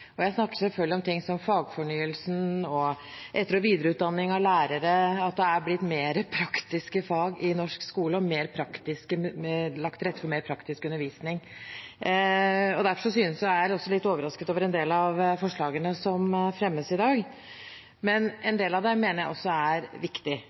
Jeg snakker selvfølgelig om ting som fagfornyelsen, etter- og videreutdanning av lærere, at det er blitt mer praktiske fag i norsk skole og lagt til rette for mer praktisk undervisning. Derfor er jeg også litt overrasket over en del av forslagene som fremmes i dag. Men en